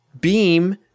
beam